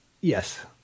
Yes